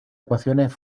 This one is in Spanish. ecuaciones